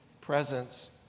presence